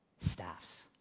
staffs